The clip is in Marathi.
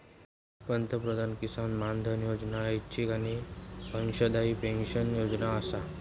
पंतप्रधान किसान मानधन योजना ऐच्छिक आणि अंशदायी पेन्शन योजना आसा